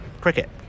cricket